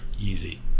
Easy